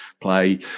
play